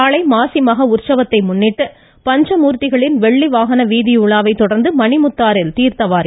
நாளை மாசிமக உற்சவத்தை முன்னிட்டு பஞ்சமூர்த்திகளின் வெள்ளி வாகன வீதியுலாவைத் தொடர்ந்து மணிமுத்தாறில் தீர்த்தவாரி நடைபெறும்